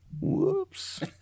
Whoops